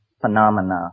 phenomena